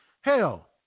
Hell